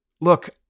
Look